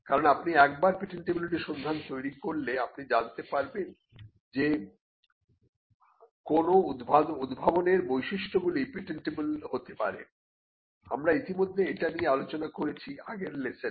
কারণ আপনি একবার পেটেন্টিবিলিটি সন্ধান তৈরি করলে আপনি জানতে পারবেন যে কোন উদ্ভাবনের বৈশিষ্ট্যগুলি পেটেন্টবল হতে পারে আমরা ইতিমধ্যে এটা নিয়ে আলোচনা করেছি আগের লেসনে